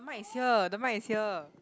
mic is here the mic is here